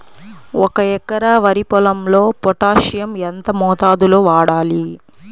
ఒక ఎకరా వరి పొలంలో పోటాషియం ఎంత మోతాదులో వాడాలి?